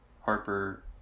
Harper